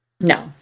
No